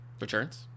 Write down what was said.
Returns